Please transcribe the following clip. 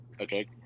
okay